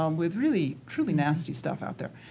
um with really truly nasty stuff out there.